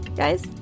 guys